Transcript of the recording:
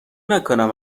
نکنم